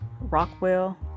rockwell